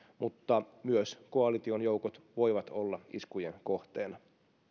mutta myös koalition joukot voivat olla iskujen kohteena